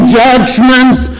judgments